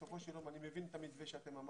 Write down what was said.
בסופו של יום אני מבין את המתווה שאתם אמרתם,